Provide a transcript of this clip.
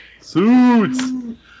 Suits